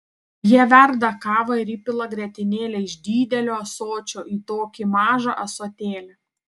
jie verda kavą ir įpila grietinėlę iš didelio ąsočio į tokį mažą ąsotėlį